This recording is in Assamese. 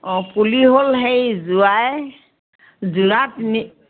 অঁ পুলি হ'ল হেৰি যোৰাই যোৰা তিনি